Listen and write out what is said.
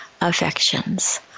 affections